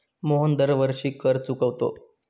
मोहन दरवर्षी कर चुकवतो